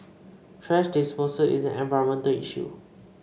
thrash disposal is an environmental issue